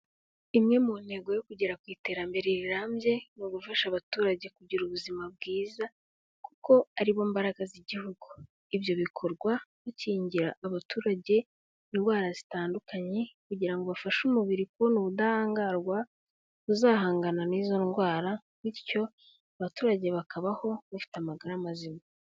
Imwe mu ntego yo kugera ku iterambere rirambye, ni ugufasha abaturage kugira ubuzima bwiza kuko ari bo mbaraga z'igihugu, ibyo bikorwa bakingira abaturage indwara zitandukanye kugira ngo bafashe umubiri kubona ubudahangarwa buzahangana n'izo ndwara, bityo abaturage bakabaho bafite amagara mazima.